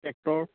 tractor